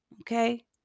Okay